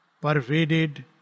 pervaded